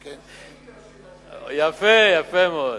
גם ה"שוויגער" יפה, יפה מאוד.